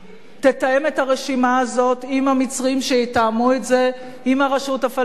תתאם את הרשימה הזאת עם המצרים שיתאמו את זה עם הרשות הפלסטינית,